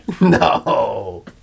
No